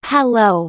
Hello